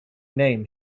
name